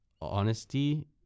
honesty